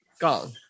Gone